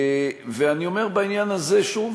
ואני אומר בעניין הזה שוב,